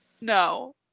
No